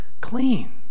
clean